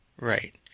Right